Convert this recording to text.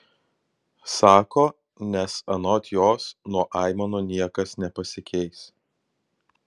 sako nes anot jos nuo aimanų niekas nepasikeis